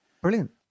Brilliant